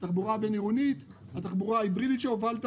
בתחבורה בין-עירונית ובתחבורה ההיברידית שהובלת